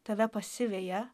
tave pasiveja